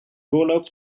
doorloopt